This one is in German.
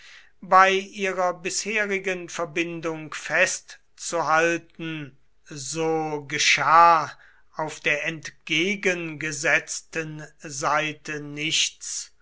bei ihrer bisherigen verbindung festzuhalten so geschah auf der entgegengesetzten seite nichts